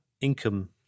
income